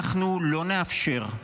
אנחנו לא נאפשר,